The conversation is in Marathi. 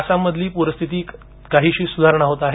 आसाम मधील पुरस्थितीत काहीशी सुधारणा होत आहे